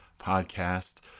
podcast